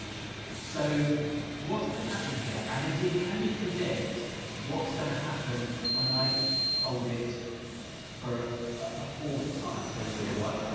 so what's the pattern here? and indeed, can you predict what's going to happen when i fold it for a fourth time? so we do one,